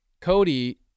Cody